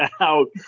out